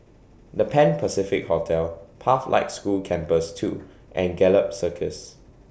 The Pan Pacific Hotel Pathlight School Campus two and Gallop Circus